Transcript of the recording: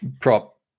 prop